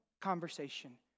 conversation